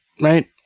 Right